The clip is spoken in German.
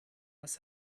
was